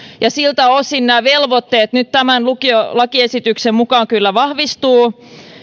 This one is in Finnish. ja siltä osin nämä velvoitteet nyt tämän lukiolakiesityksen mukaan kyllä vahvistuvat